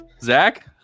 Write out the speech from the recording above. Zach